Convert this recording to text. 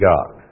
God